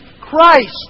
Christ